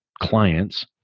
clients